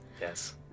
Yes